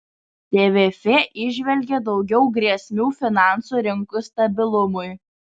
tvf įžvelgia daugiau grėsmių finansų rinkų stabilumui